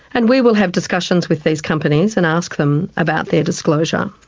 and we will have discussions with these companies and ask them about their disclosure.